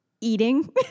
Eating